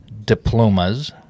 Diplomas